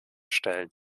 stellen